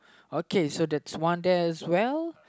okay so that's one there as well